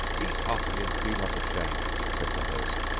eat heartily and be not ashamed, said the host,